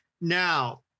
Now